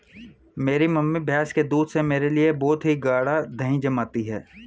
मेरी मम्मी भैंस के दूध से मेरे लिए बहुत ही गाड़ा दही जमाती है